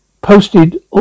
posted